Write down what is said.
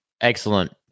excellent